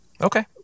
Okay